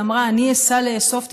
היא אמרה: אני אסע לאסוף,